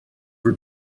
were